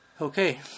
Okay